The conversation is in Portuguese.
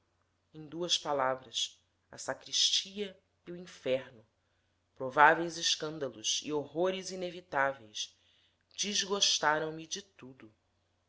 em duas palavras a sacristia e o inferno prováveis escândalos e horrores inevitáveis desgostaram me de tudo